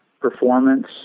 performance